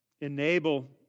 Enable